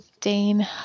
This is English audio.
Dane